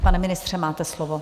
Pane ministře, máte slovo.